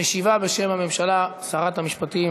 משיבה בשם הממשלה, שרת המשפטים